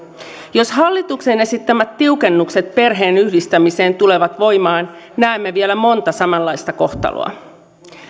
jos hallituksen esittämät tiukennukset perheenyhdistämiseen tulevat voimaan näemme vielä monta samanlaista kohtaloa